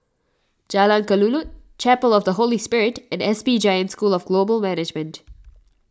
Jalan Kelulut Chapel of the Holy Spirit and S P Jain School of Global Management